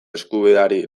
eskubideari